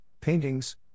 paintings